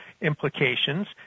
implications